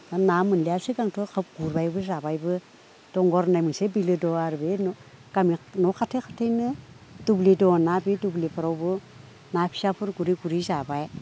ना मोनलिया सिगांथ' खोब गुरबायबो जाबायबो दंगर होननाय मोनसे बिलो दं आरो बे गामि न' खाथि खाथिनो दुब्लि दंना बे दुब्लिफोरावबो ना फिसाफोर गुरै गुरै जाबाय